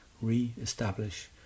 re-establish